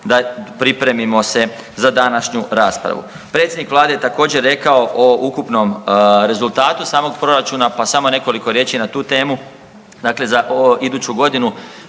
da pripremimo se za današnju raspravu. Predsjednik vlade je također rekao o ukupnom rezultatu samog proračuna pa samo nekoliko riječi na tu temu. Dakle, za iduću godini